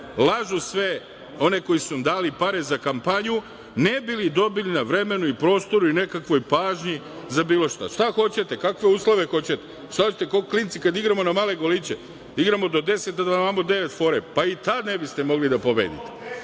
lažu sve one koji su im dali pare za kampanju ne bili dobili na vremenu i prostoru i nekakvoj pažnji za bilo šta. Šta hoćete? Kakve uslove hoćete? Šta hoćete, kao klinci kada igramo na male goliće, igramo do deset, a da vam damo devet fore, pa ni tada ne biste mogli da pobedite.